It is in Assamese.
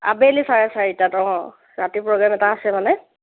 আবেলি চাৰ চাৰিটাত অঁ ৰাতি প্ৰগ্ৰেম এটা আছে মানে